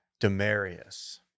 Demarius